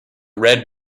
red